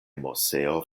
moseo